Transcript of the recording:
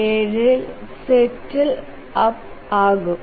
7ഇൽ settle up ആകും